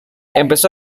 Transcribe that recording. empezó